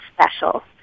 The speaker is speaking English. special